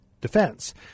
defense